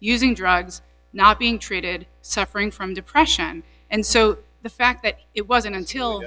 using drugs not being treated suffering from depression and so the fact that it wasn't until